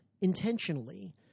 intentionally